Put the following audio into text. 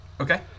Okay